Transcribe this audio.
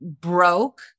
broke